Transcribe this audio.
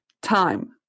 time